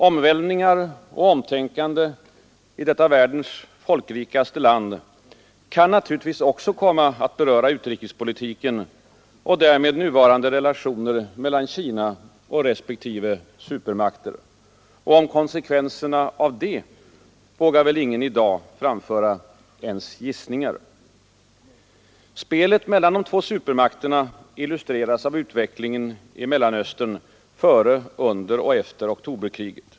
Omvälvningar och omtänkande i detta världens folkrikaste land kan naturligtvis också komma att beröra utrikespolitiken och därmed nuvarande relationer mellan Kina och respektive supermakter. Om konsekvenserna av det vågar väl ingen i dag framföra ens gissningar. Spelet mellan de två supermakterna illustreras av utvecklingen i Mellersta Östern före, under och efter oktoberkriget.